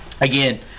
again –